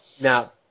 Now